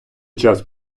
час